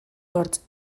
hortz